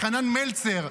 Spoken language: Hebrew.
חנן מלצר,